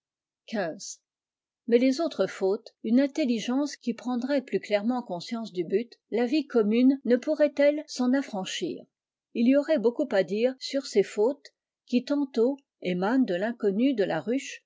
mais les autres fautes une intelligence qui prendrait plus clairement conscience du but de la vie commune ne pourrait-elle s'en affranchir il y aurait beaucoup à dire sur ces fautes qui tantôt émanent de l'inconnu de la ruche